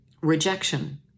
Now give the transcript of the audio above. rejection